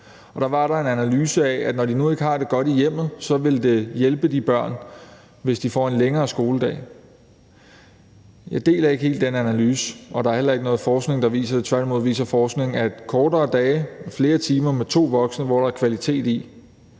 Der var der en analyse, der sagde, at når de nu ikke har det godt i hjemmet, så vil det hjælpe de børn, hvis de får en længere skoledag. Jeg deler ikke helt den analyse, og der er heller ikke noget forskning, der viser det. Tværtimod viser forskning, at kortere dage og flere timer med to voksne, hvor der er kvalitet i